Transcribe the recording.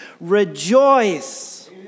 Rejoice